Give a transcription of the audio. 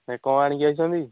ସେ କ'ଣ ଆଣିକି ଆସିଛନ୍ତି